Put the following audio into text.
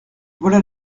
voilà